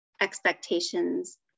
expectations